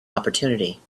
opportunity